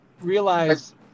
realize